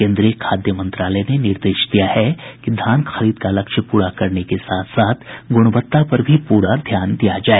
केन्द्रीय खाद्य मंत्रालय ने निर्देश दिया है कि धान खरीद का लक्ष्य पूरा करने के साथ साथ गुणवत्ता पर भी पूरा ध्यान दिया जाए